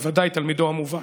ודאי תלמידו המובהק,